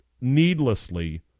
needlessly